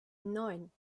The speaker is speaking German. neun